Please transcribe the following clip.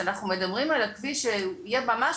כשאנחנו מדברים על הכביש שהוא יהיה ממש